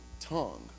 tongue